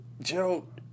Gerald